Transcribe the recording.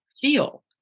feel